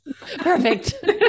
Perfect